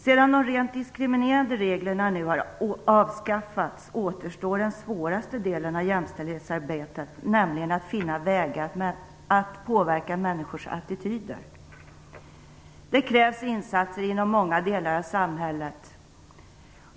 Sedan de rent diskriminerande reglerna nu har avskaffats återstår den svåraste delen av jämställdhetsarbetet, nämligen att finna vägar att påverka människors attityder. Det krävs insatser inom många delar av samhället.